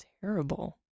terrible